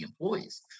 employees